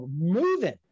moving